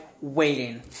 waiting